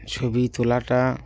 ছবি তোলাটা